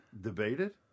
debated